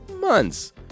months